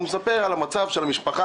האדם סיפר על מצב המשפחה,